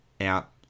out